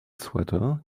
sweater